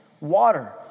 water